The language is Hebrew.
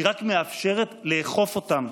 היא רק מאפשרת לאכוף אותם.